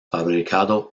fabricado